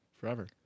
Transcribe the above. forever